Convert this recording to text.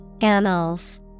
Annals